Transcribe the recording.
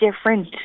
different